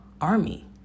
army